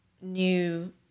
new